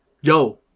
Yo